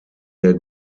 der